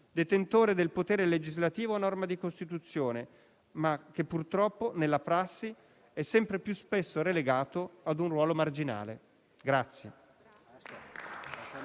detentore del potere legislativo a norma di Costituzione, ma che, purtroppo, nella prassi è sempre più spesso relegato ad un ruolo marginale.